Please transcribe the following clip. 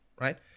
right